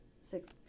six